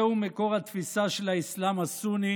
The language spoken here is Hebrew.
זהו מקור התפיסה של האסלאם הסוני